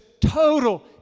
total